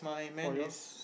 for yours